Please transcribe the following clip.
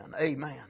Amen